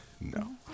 No